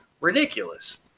ridiculous